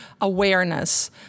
awareness